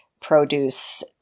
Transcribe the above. produce